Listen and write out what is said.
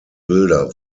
bilder